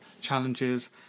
Challenges